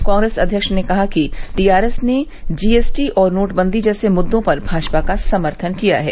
कांग्रेस अध्यक्ष ने कहा कि टीआरएस ने जीएसटी और नोटबंदी जैसे मुद्दों पर भाजपा का समर्थन किया है